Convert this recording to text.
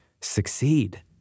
succeed